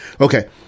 Okay